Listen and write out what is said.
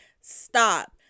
stop